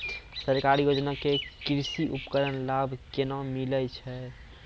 सरकारी योजना के कृषि उपकरण लाभ केना मिलै छै?